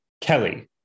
Kelly